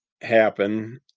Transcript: happen